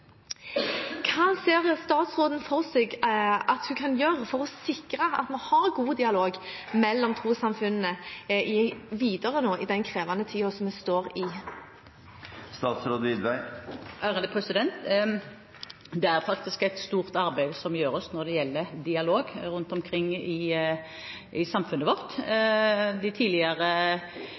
Hva ser statsråden for seg at hun kan gjøre for å sikre at vi har god dialog mellom trossamfunnene videre nå i den krevende tiden som vi står i? Det er faktisk et stort arbeid som gjøres når det gjelder dialog rundt omkring i samfunnet vårt. De tidligere